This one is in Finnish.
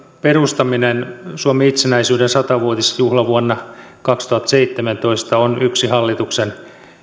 perustaminen suomen itsenäisyyden sata vuotisjuhlavuonna kaksituhattaseitsemäntoista on yksi hallituksen